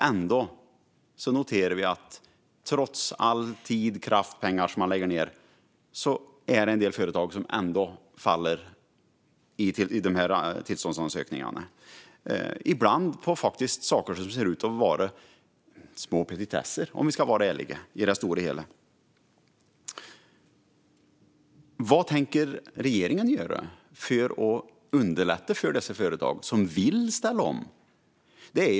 Ändå, trots all tid, all kraft och alla pengar som man lägger ned, är det en del företags tillståndsansökningar som faller - ibland på saker som i det stora hela ser ut att vara petitesser, om vi ska vara ärliga. Vad tänker regeringen göra för att underlätta för dessa företag som vill ställa om?